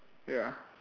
ya